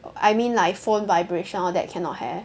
I mean like phone vibration all that cannot have